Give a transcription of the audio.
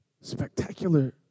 spectacular